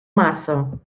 massa